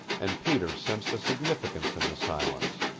and peter sensed a significance in the silence,